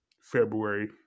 February